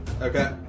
Okay